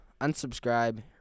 unsubscribe